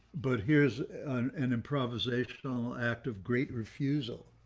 but here's an improvisational act of great refusal.